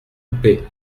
coupé